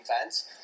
fans